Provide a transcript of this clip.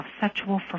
sexual